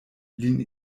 lin